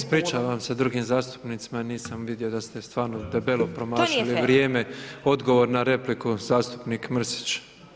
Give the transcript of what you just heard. Ispričavam se drugim zastupnicima, nisam vidio da ste stvarno debelo promašili vrijeme [[Upadica: To nije fer.]] odgovor na repliku zastupnik Mrsić.